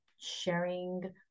sharing